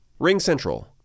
RingCentral